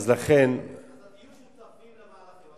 אז תהיו שותפים למהלכים.